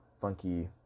funky